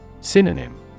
Synonym